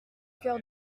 cœur